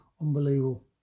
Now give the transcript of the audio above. unbelievable